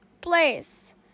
place